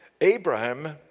Abraham